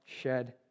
shed